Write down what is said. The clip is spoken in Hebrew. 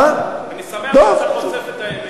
אני שמח שאתה חושף את האמת.